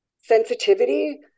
Sensitivity